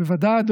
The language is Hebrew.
בוודאי,